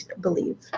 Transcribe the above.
believe